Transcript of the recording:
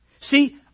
See